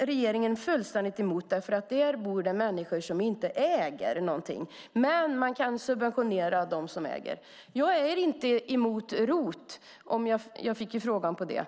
regeringen fullständigt emot, för där bor det människor som inte äger någonting. Däremot kan man subventionera dem som äger. Jag är inte emot ROT - jag fick en fråga om det.